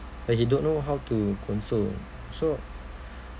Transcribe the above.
but he don't know how to console so